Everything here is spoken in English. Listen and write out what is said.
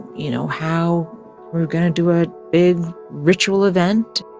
you know, how we're going to do a big ritual event